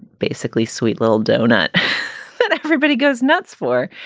basically sweet little donut everybody goes nuts for.